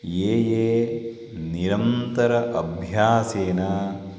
ये ये निरन्तरम् अभ्यासेन